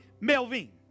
Melvin